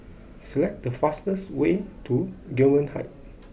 select the fastest way to Gillman Heights